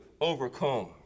overcome